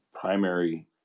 primary